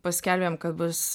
paskelbėm kad bus